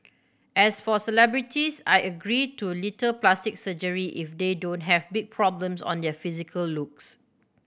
as for celebrities I agree to little plastic surgery if they don't have big problems on their physical looks